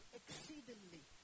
exceedingly